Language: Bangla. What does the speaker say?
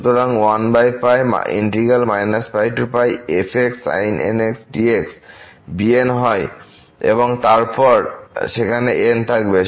সুতরাং bn হয় এবং তারপর সেখানে n থাকবে